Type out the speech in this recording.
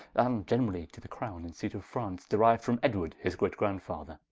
and generally, to the crowne and seat of france, deriu'd from edward, his great grandfather